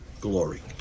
glory